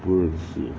不认识